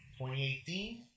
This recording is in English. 2018